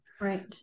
right